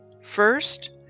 First